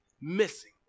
missing